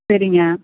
சரிங்க